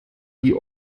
die